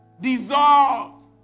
Dissolved